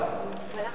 טוב,